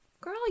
girl